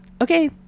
Okay